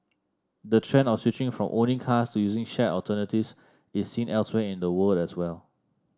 the trend of switching from owning cars to using shared alternatives is seen elsewhere in the world as well